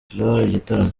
igitaramo